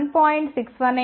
618 2 1